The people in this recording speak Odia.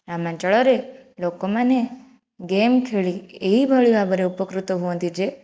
ଗ୍ରାମାଞ୍ଚଳରେ ଲୋକମାନେ ଗେମ୍ ଖେଳି ଏହିଭଳି ଭାବରେ ଉପକୃତ ହୁଅନ୍ତି ଯେ